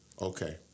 okay